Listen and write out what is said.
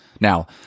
Now